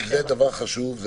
זה דבר חשוב,